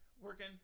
working